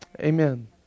Amen